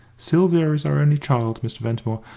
sylvia is our only child, mr. ventimore,